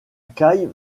caille